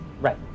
right